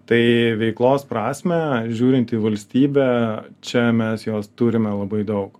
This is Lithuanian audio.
tai veiklos prasmę žiūrint į valstybę čia mes jos turime labai daug